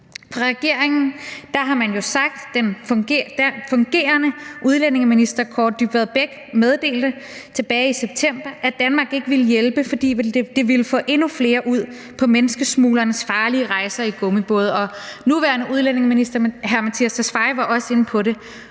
Fra regeringens side meddelte den fungerende udlændinge- og integrationsminister, Kaare Dybvad Bek, tilbage i september, at Danmark ikke ville hjælpe, fordi det ville få endnu flere ud på menneskesmuglernes farlige rejser i gummibåde. Udlændingeministeren var også inde på det.